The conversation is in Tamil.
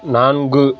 நான்கு